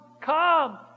come